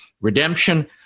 redemption